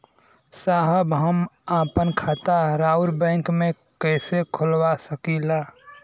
साहब हम आपन खाता राउर बैंक में कैसे खोलवा सकीला?